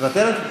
מוותרת.